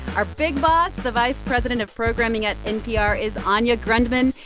our big boss, the vice president of programming at npr is anya grundmann.